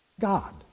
God